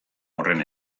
horren